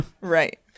Right